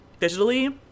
digitally